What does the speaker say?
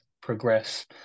progress